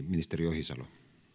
ministeri ohisalo